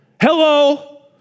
Hello